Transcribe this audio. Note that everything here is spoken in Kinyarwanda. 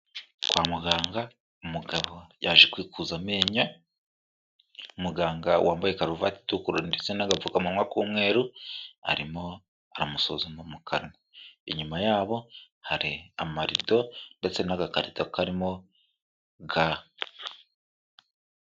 Kwa muganga umugabo yaje kwikuza amenyo, umuganga wambaye karuvati itukura ndetse n'agapfukamunwa k'umweru, arimo aramusuzuma mu kanwa. Inyuma yabo hari amarido, ndetse n'agakarito karimo ga.